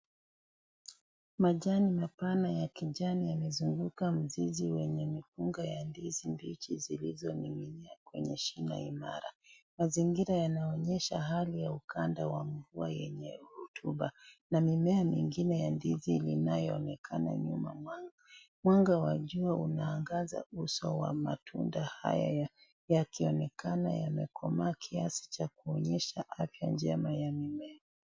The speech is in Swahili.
Majani mapana ya kijani yamezunguka mzizi wenye mikunga ya ndizi mbichi zilizoninginia kwenye shina imara. Mazingira yanayoonyesha hali ya ukanda wa mvua yenyewe rutuba na mimea mingine ya ndizi inayoonekana nyuma. Mwanga wa jua unaangaza uso wa matunda haya yakionekana yamekomaa kiasi cha kuonyesha afya njema ya mimea.